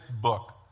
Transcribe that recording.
book